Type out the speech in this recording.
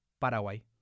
Paraguay